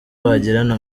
bagirana